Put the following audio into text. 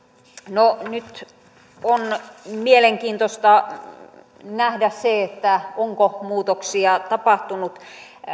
no nyt on mielenkiintoista nähdä se onko muutoksia tapahtunut